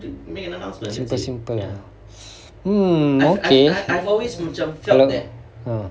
simple simple hmm okay kalau ah